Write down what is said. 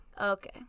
Okay